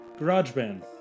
GarageBand